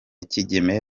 kigeme